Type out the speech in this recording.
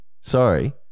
sorry